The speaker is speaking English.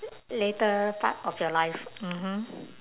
later part of your life mmhmm